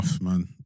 man